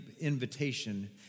invitation